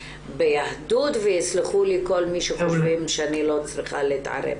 ביהדות ויסלחו לי כל מי שחושבים שאני לא צריכה להתערב.